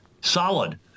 solid